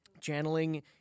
Channeling